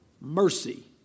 mercy